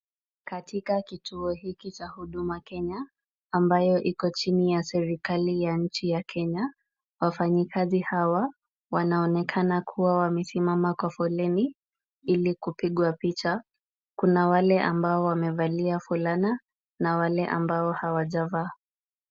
Katika kituo hiki cha huduma Centre ambayo iko chini ya serikali ya nchi ya Kenya, wafanyikazi hawa wanaonekana kubwa wamesimama kwa foleni ili kupigwa picha. Kuna wale ambao wamevalia fulana na wale ambao hawajavaa.